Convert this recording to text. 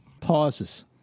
Pauses